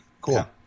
Cool